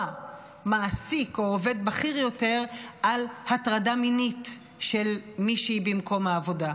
מעסיק או עובד בכיר יותר על הטרדה מינית של מישהי במקום העבודה.